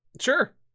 Sure